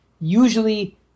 Usually